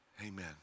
Amen